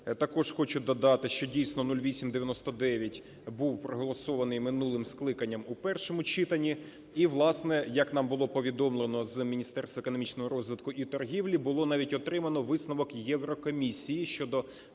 Також хочу додати, що дійсно (0899) був проголосований минулим скликанням у першому читанні, і, власне, як нам було повідомлено з Міністерства економічного розвитку і торгівлі, було навіть отримано висновок Єврокомісії щодо